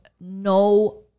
no